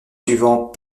suivant